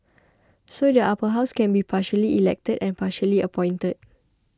so the Upper House can be partially elected and partially appointed